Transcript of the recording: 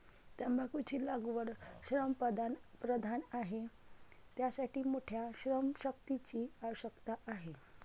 तंबाखूची लागवड श्रमप्रधान आहे, त्यासाठी मोठ्या श्रमशक्तीची आवश्यकता आहे